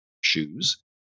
shoes